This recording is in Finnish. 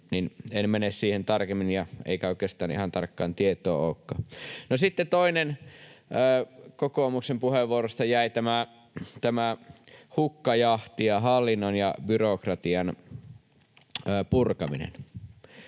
en mene siihen tarkemmin, eikä oikeastaan ihan tarkkaa tietoa olekaan. No sitten toinen, mikä kokoomuksen puheenvuoroista jäi, on tämä hukkajahti ja hallinnon ja byrokratian purkaminen: